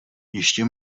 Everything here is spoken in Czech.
ještě